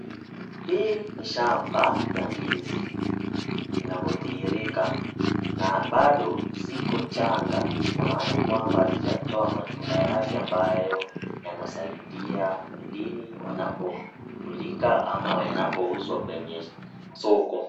Hii ni shamba, ya ndizi ,inavyodhihirika na bado ziko changa, ina maana kwamba hazijatoa matunda yake ambayo yanasaidia mwilini ,wanapokulika ama yanapouzwa kwenye soko.